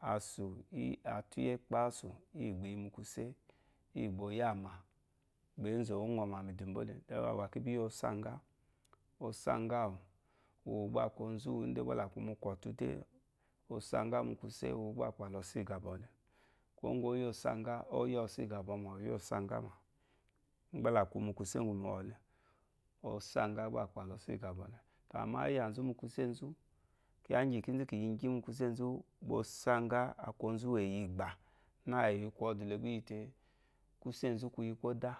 Asú atú iye kpasu iyi gbeyi muku seiyi bo ya ma ba ɛzu ngɔ ma mi du dole de gbu ba kibiyo osagale osaga wu uwu gba aku ozu ude la kumu kotu de osagu mu kuse de uwo gba agba losu iyabole kii ngɔ ya osaga oya osu igabo oya osagama gbá la kumu kuse gu ba mi wole osaga gba akpala osu igabole ama iya zumu kuse zu kiya gi kizu ki yi gimu kuse zu kiya gi kizu ki yi gi mu kuse zu osaga aku ozu we yi igba na eyi kodulegbeyite kuse zu kuyi koda